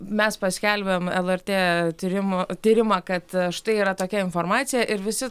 mes paskelbėm lrt tyrimų tyrimą kad štai yra tokia informacija ir visi